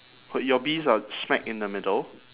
but your bees are smack in the middle